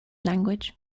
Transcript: language